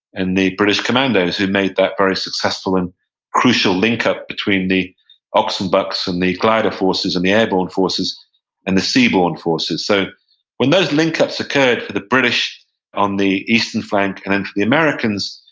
and the british commandos who made that very successful and crucial linkup between the ox and bucks and the glider forces and the airborne forces and the seaborne forces so when those linkups occurred for the british on the eastern flank and then for the americans,